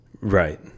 Right